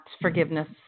forgiveness